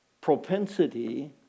propensity